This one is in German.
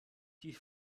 die